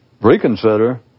reconsider